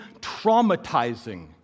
traumatizing